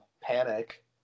Panic